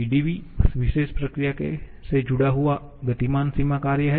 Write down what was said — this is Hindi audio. PdVउस विशेष प्रक्रिया से जुड़ा हुआ गतिमान सीमा कार्य है